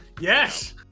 yes